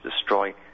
destroy